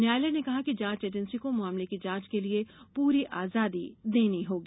न्यायालय ने कहा कि जांच एजेंसी को मामले की जांच के लिये पूरी आजादी देनी होगी